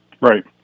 Right